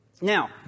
Now